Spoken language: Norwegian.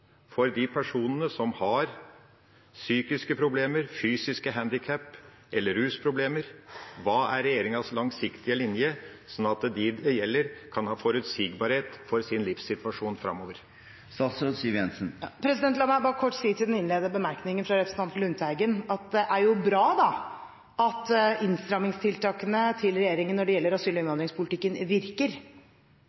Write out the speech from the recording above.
for de personene som har psykiske problemer, fysiske handikap eller rusproblemer? Hva er regjeringas langsiktige linje, slik at de det gjelder, kan ha forutsigbarhet for sin livssituasjon framover? La meg bare kort si til den innledende bemerkningen fra representanten Lundteigen at det er bra at innstrammingstiltakene til regjeringen når det gjelder asyl- og